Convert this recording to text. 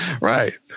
right